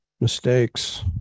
mistakes